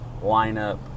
lineup